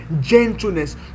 Gentleness